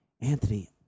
Anthony